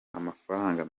amafaranga